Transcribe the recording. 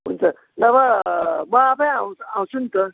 हुन्छ नभए म आफै आउँ आउँछु नि त